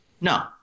No